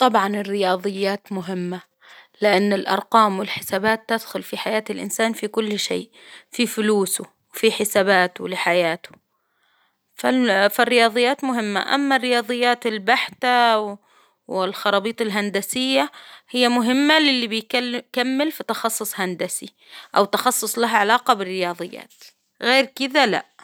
طبعا الرياضيات مهمة، لإن الأرقام والحسابات تدخل في حياة الإنسان في كل شيء، في فلوسه في حساباته لحياته، فال فالرياضيات مهمة، أما الرياضيات البحتة والخرابيط الهندسية هي مهمة للي بيكل كمل في تخصص هندسي أو تخصص لها علاقة بالرياضيات، غير كذا لأ.